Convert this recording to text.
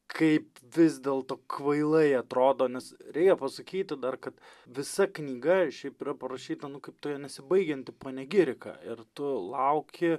kaip vis dėlto kvailai atrodo nes reikia pasakyti dar kad visa knyga šiaip yra parašyta nu kaip ta nesibaigianti panegirika ir tu lauki